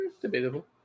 Debatable